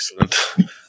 Excellent